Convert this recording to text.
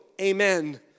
Amen